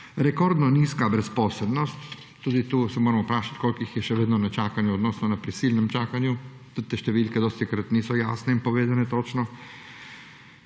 Rekordno nizka brezposelnost – tudi tukaj se moramo vprašati, koliko jih je še vedno na čakanju oziroma na prisilnem čakanju. Tudi te številke dostikrat niso jasne in povedane točno.